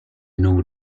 non